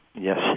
Yes